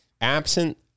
absent